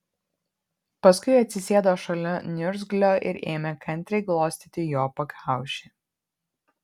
paskui atsisėdo šalia niurzglio ir ėmė kantriai glostyti jo pakaušį